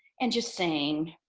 and just saying.